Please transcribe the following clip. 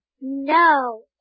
No